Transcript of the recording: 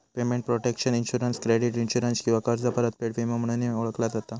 payment protection insurance credit insurance किंवा कर्ज परतफेड विमो म्हणूनही ओळखला जाता